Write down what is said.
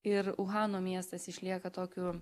ir uhano miestas išlieka tokiu